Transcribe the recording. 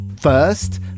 First